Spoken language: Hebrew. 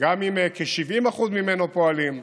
גם אם כ-70% ממנו פועלים.